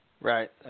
Right